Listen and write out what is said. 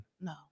No